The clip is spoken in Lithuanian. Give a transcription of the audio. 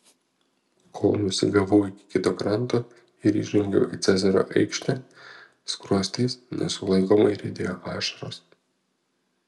kol nusigavau iki kito kranto ir įžengiau į cezario aikštę skruostais nesulaikomai riedėjo ašaros